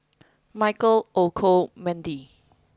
Michael Olcomendy